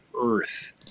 Earth